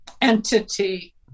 entity